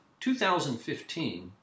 2015